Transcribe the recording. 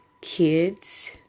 kids